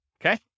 Okay